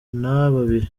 babiri